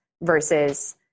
versus